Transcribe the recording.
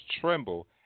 tremble